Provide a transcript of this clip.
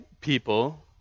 people